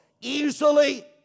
easily